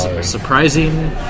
surprising